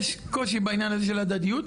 יש קושי בעניין הזה של הדדיות.